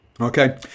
Okay